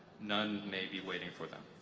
none may be waiting for them.